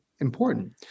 important